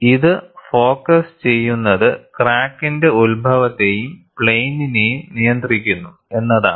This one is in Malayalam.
ഇത് ഫോക്കസ് ചെയ്യുന്നത് ക്രാക്കിന്റെ ഉത്ഭവത്തെയും പ്ലെയിനിനെയും നിയന്ത്രിക്കുന്നു എന്നതാണ്